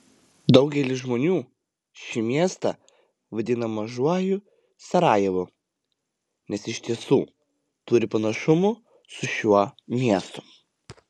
daugelis žmonių šį miestą vadina mažuoju sarajevu nes iš tiesų turi panašumų su šiuo miestu